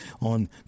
on